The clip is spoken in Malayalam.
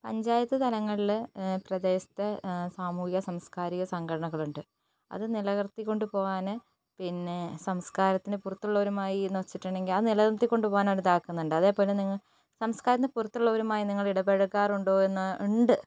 പഞ്ചായത്തു തലങ്ങളിൽ പ്രദേശത്തെ സാമൂഹിക സാംസ്കാരിക സംഘടനകളുണ്ട് അതു നിലനിർത്തിക്കൊണ്ട് പോവാൻ പിന്നെ സംസ്കാരത്തിന് പുറത്തുള്ളവരുമായി എന്നു വച്ചിട്ടുണ്ടെങ്കിൽ അതു നിലനിർത്തി കൊണ്ടുപോവാൻ അവരിതാക്കുന്നുണ്ട് അതേപോലെ നിങ്ങൾ സംസ്കാരത്തിന് പുറത്തുള്ളവരുമായി നിങ്ങളിടപഴകാറുണ്ടോ എന്ന് ഉണ്ട്